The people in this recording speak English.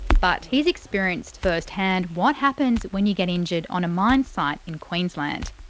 but he's experienced first hand what happens when you get injured on a mine site in queensland.